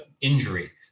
injury